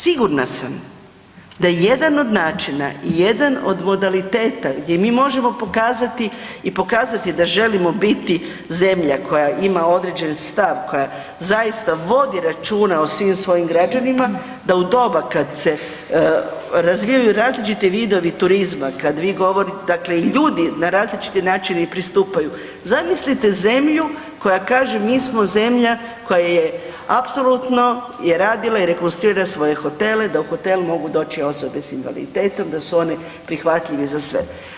Sigurna sam da je jedan od načina i jedan od modaliteta gdje mi možemo pokazati i pokazati da želimo biti zemlja koja ima određeni stav, koja zaista vodi računa o svim svojim građanima, da u doba kad se razvijaju različiti vidovi turizma, kad vi govorite dakle i ljudi na različite načine i pristupaju, zamislite zemlju koja kaže mi smo zemlja koja je apsolutno je radila i rekonstruira svoje hotele da u hotel mogu doći osobe s invaliditetom, da su one prihvatljive za sve.